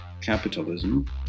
capitalism